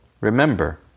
remember